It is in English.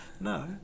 No